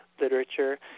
literature